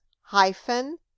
hyphen